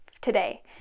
today